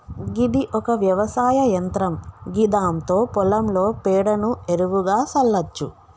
గిది ఒక వ్యవసాయ యంత్రం గిదాంతో పొలంలో పేడను ఎరువుగా సల్లచ్చు